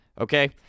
Okay